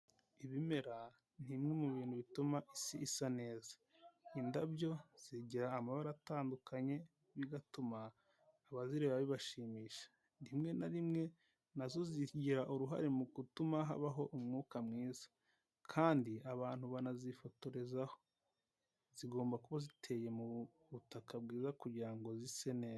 Ibimera ni imwe mu bintu bituma isi isa neza, indabyo zigira amabara atandukanye bigatuma abazireba bibashimisha rimwe na rimwe nazo zigira uruhare mu gutuma habaho umwuka mwiza kandi abantu banazifotorezaho zigomba kuba ziteye mu butaka bwiza kugira ngo zise neza.